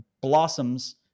blossoms